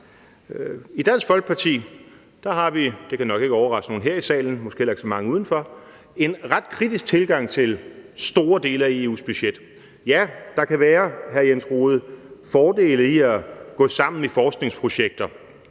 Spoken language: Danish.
så mange uden for – en ret kritisk tilgang til store dele af EU's budget. Ja, hr. Jens Rohde, der kan være fordele i at gå sammen i forskningsprojekter,